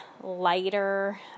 lighter